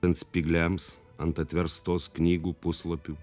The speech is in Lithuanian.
ant spygliams ant atverstos knygų puslapių